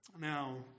Now